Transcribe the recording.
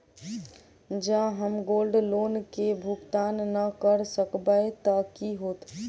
जँ हम gold loan केँ भुगतान न करऽ सकबै तऽ की होत?